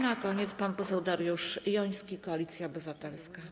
Na koniec pan poseł Dariusz Joński, Koalicja Obywatelska.